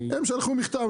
הם שלחו מכתב,